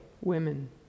women